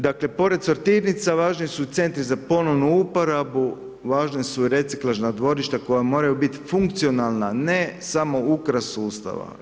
Dakle pored sortirnica važni su i centri za ponovnu uporabu, važna su reciklažna dvorišta koja moraju biti funkcionalna, ne samo ukras sustava.